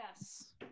Yes